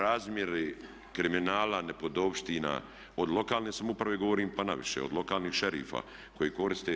Razmjeri kriminala, nepodopština od lokalne samouprave govorim pa naviše, od lokalnih šerifa koji koriste.